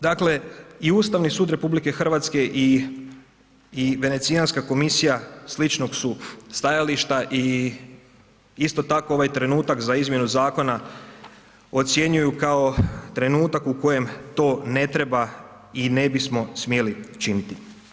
Dakle i Ustavni sud RH i Venecijanska komisija sličnog su stajališta i isto tako ovaj trenutak za izmjenu zakona ocjenjuju kao trenutak u kojem to ne treba i ne bismo smjeli činiti.